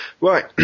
right